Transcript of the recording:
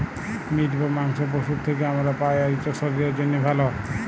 meet বা মাংস পশুর থ্যাকে আমরা পাই, আর ইট শরীরের জ্যনহে ভাল